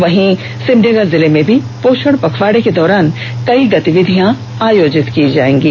वहीं सिमडेगा जिले में भी पोषण पखवाड़ा के दौरान कई गतिविधियां आयोजित की जाएंगी